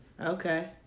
Okay